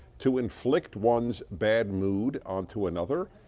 to inflict one's bad mood on to another,